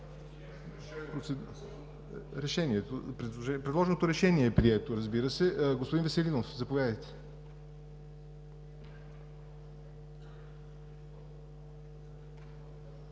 Предложеното решение е прието. Господин Веселинов, заповядайте.